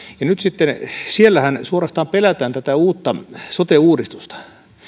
nyt siellähän suorastaan pelätään tätä uutta sote uudistusta